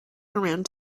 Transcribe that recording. around